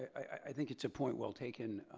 i think it's a point well-taken.